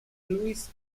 lewis